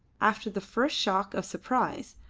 after the first shock of surprise,